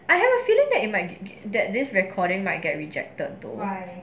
I have a feeling that it might that this recording might get rejected though